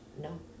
no